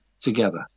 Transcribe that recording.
together